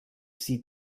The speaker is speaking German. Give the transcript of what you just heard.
sie